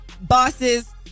Bosses